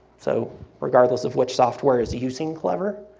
so regardless of which software is using clever,